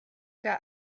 der